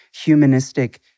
humanistic